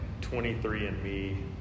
23andMe